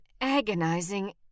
agonizing